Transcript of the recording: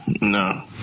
No